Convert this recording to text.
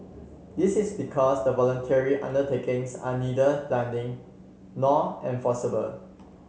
this is because the voluntary undertakings are neither binding nor enforceable